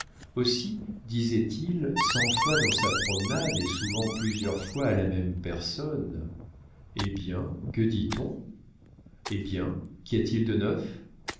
aussi disait-il cent fois dans sa promenade et souvent plusieurs fois à la même personne hé bien que dit-on hé bien qu'y a-t-il de neuf